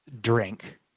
drink